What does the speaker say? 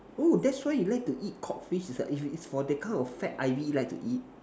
oh that's why you like to eat cod fish it's are if it's for the kind of fat I_V you like to eat